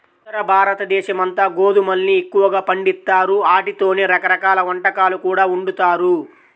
ఉత్తరభారతదేశమంతా గోధుమల్ని ఎక్కువగా పండిత్తారు, ఆటితోనే రకరకాల వంటకాలు కూడా వండుతారు